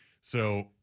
So-